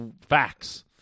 Facts